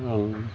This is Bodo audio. आं